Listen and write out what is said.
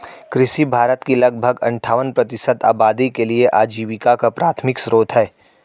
कृषि भारत की लगभग अट्ठावन प्रतिशत आबादी के लिए आजीविका का प्राथमिक स्रोत है